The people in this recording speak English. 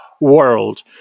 world